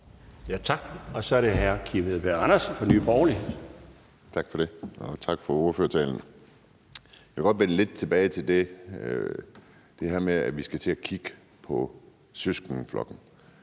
Kl. 12:43 Kim Edberg Andersen (NB): Tak for det, og tak for ordførertalen. Jeg vil godt vende lidt tilbage til det her med, at vi skal til at kigge på søskendeflokken,